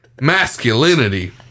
masculinity